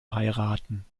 heiraten